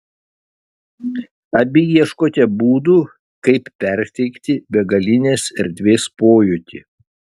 abi ieškote būdų kaip perteikti begalinės erdvės pojūtį